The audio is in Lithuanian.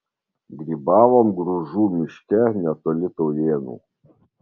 grybavom gružų miške netoli taujėnų